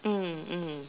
mm mm